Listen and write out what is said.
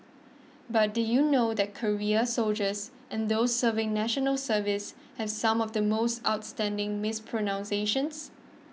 but did you know that career soldiers and those serving National Service have some of the most outstanding mispronunciations